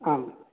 आम्